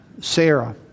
Sarah